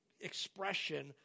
expression